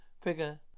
Figure